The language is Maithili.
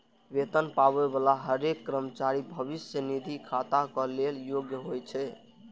वेतन पाबै बला हरेक कर्मचारी भविष्य निधि खाताक लेल योग्य होइ छै